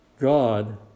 God